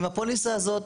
אם הפוליסה הזאת,